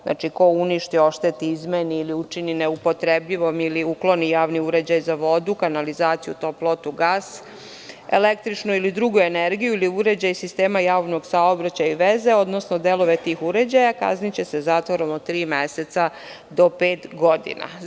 Znači, ko uništi, ošteti, izmeni ili učini neupotrebljivom ili ukloni javni uređaj za vodu, kanalizaciju, toplotu, gas, električnu ili drugu energiju ili uređaj sistema javnog saobraćaja i veze, odnosno delove tih uređaja, kazniće se zatvorom od tri meseca do pet godina.